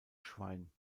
schwein